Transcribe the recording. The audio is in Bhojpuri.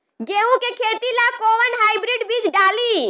गेहूं के खेती ला कोवन हाइब्रिड बीज डाली?